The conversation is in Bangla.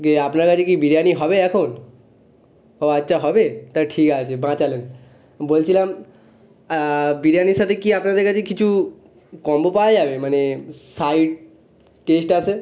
ইয়ে আপনার কাছে কি বিরিয়ানি হবে এখন ও আচ্ছা হবে তা ঠিক আছে বাঁচালেন বলছিলাম বিরিয়ানির সাথে কি আপনাদের কাছে কিছু কম্বো পাওয়া যাবে মানে সাইড টেস্ট আছে